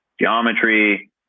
Geometry